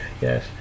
Yes